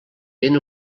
ben